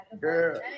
Girl